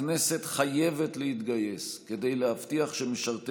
הכנסת חייבת להתגייס כדי להבטיח שמשרתי